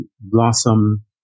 blossom